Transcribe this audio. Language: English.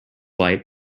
light